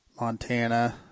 Montana